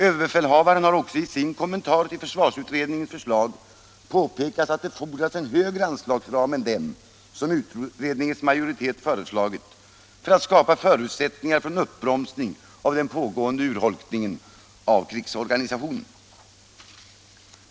Överbefälhavaren har också i sin kommentar till försvarsutredningens förslag påpekat att det fordras en högre anslagsram än den som utredningens majoritet föreslagit, för att skapa förutsättningar för en uppbromsning av den pågående urholkningen av krigsorganisationen.